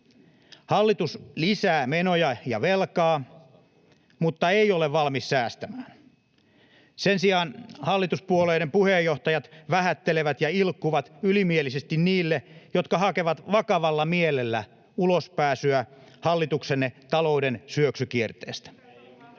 Hallitus lisää menoja ja velkaa, mutta ei ole valmis säästämään. Sen sijaan hallituspuolueiden puheenjohtajat vähättelevät ja ilkkuvat ylimielisesti niille, jotka hakevat vakavalla mielellä ulospääsyä hallituksenne talouden syöksykierteestä.